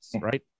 right